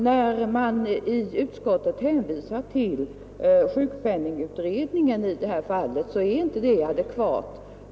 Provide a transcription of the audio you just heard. När utskottet hänvisar till sjukpenningutredningen är det inte adekvat.